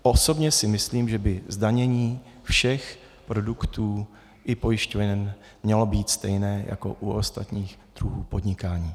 Osobně si myslím, že by zdanění všech produktů i pojišťoven mělo být stejné jako u ostatních druhů podnikání.